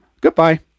goodbye